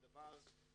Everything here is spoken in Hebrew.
זה דבר נהדר.